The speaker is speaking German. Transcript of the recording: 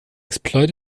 exploit